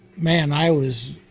man, i was,